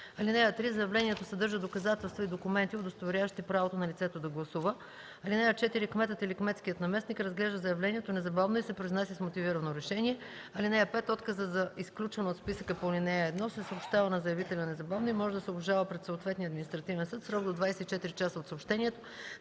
(3) Заявлението съдържа доказателства и документи, удостоверяващи правото на лицето да гласува. (4) Кметът или кметският наместник разглежда заявлението незабавно и се произнася с мотивирано решение. (5) Отказът за изключване от списъка по ал. 1 се съобщава на заявителя незабавно и може да се обжалва пред съответния административен съд в срок до 24 часа от съобщението.